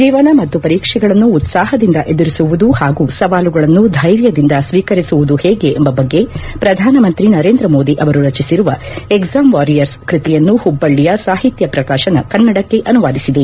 ಜೀವನ ಮತ್ತು ಪರೀಕ್ಷೆಗಳನ್ನು ಉತ್ಸಾಹದಿಂದ ಎದುರಿಸುವುದು ಹಾಗೂ ಸವಾಲುಗಳನ್ನು ಧೈರ್ಯದಿಂದ ಸ್ವೀಕರಿಸುವುದು ಹೇಗೆ ಎಂಬ ಬಗ್ಗೆ ಕುರಿತು ಪ್ರಧಾನಮಂತ್ರಿ ನರೇಂದ್ರ ಮೋದಿ ಅವರು ರಚಿಸಿರುವ ಎಕ್ಸಾಂ ವಾರಿಯರ್ಸ್ ಕೃತಿಯನ್ನು ಹುಬ್ಬಳ್ಳಿಯ ಸಾಹಿತ್ಯ ಪ್ರಕಾಶನ ಕನ್ನಡಕ್ಕೆ ಅನುವಾದಿಸಿದೆ